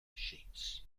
sheets